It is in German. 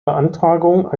beantragung